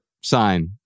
sign